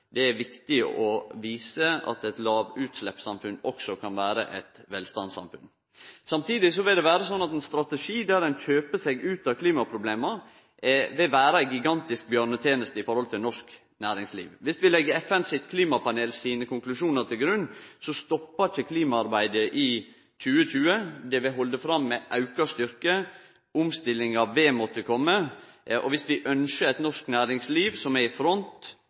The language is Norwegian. Det er viktig å vise at eit lågutsleppssamfunn også kan vere eit velstandssamfunn. Samtidig vil det vere sånn at ein strategi der ein kjøper seg ut av klimaproblema, vil vere ei gigantisk bjørneteneste for norsk næringsliv. Dersom vi legg konklusjonane til FN sitt klimapanel til grunn, stoppar ikkje klimaarbeidet i 2020. Det vil halde fram med auka styrke, og omstillinga vil måtte kome. Dersom vi ynskjer eit norsk næringsliv som er i front